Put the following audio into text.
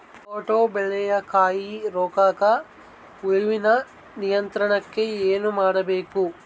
Tomato ಬೆಳೆಯ ಕಾಯಿ ಕೊರಕ ಹುಳುವಿನ ನಿಯಂತ್ರಣಕ್ಕೆ ಏನು ಮಾಡಬೇಕು?